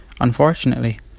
Unfortunately